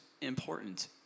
important